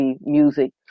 music